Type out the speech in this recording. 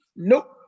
Nope